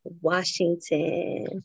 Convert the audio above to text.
Washington